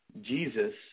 Jesus